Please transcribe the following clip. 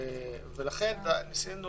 ניסינו